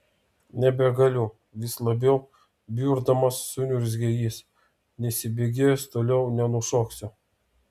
nebegaliu vis labiau bjurdamas suniurzgė jis neįsibėgėjęs toliau nenušoksiu